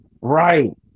right